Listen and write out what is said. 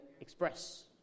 Express